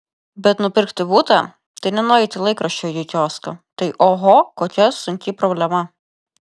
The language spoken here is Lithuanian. bet nupirkti butą tai ne nueiti laikraščio iki kiosko tai oho kokia sunki problema